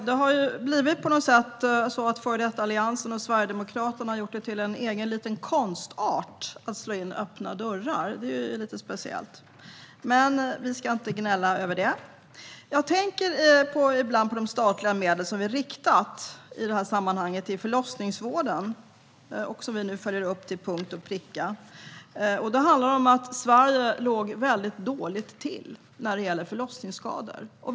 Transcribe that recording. Fru talman! Före detta Alliansen och Sverigedemokraterna har på något sätt gjort det till en egen liten konstart att slå in öppna dörrar; det är lite speciellt. Men vi ska inte gnälla över det! Jag tänker ibland på de statliga medel som vi i detta sammanhang riktat till förlossningsvården och som vi nu följer upp till punkt och pricka. Det handlar om att Sverige låg väldigt dåligt till när det gäller förlossningsskador.